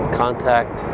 contact